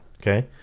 okay